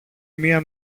μια